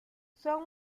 son